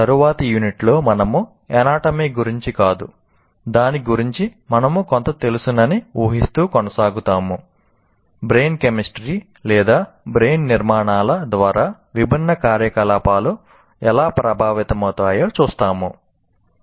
తరువాతి యూనిట్లో మనము అనాటమీ గురించి కాదు దాని గురించి మనకు కొంత తెలుసునని ఊహిస్తూ కొనసాగుతాము బ్రెయిన్ కెమిస్ట్రీ లేదా బ్రెయిన్ నిర్మాణాల ద్వారా విభిన్న కార్యకలాపాలు ఎలా ప్రభావితమవుతాయో చూస్తాము